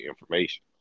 information